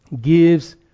gives